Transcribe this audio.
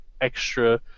extra